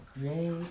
Great